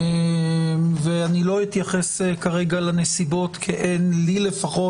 ולא אתייחס כרגע לנסיבות כי אין לי לפחות